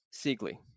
Siegley